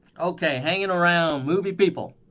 ok, hanging around movie people.